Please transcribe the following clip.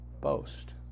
boast